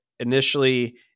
Initially